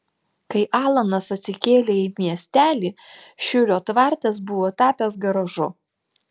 kai alanas atsikėlė į miestelį šiurio tvartas buvo tapęs garažu